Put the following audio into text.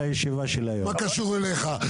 כל הנושא של קידוחי מים נמצא לפני תוקף,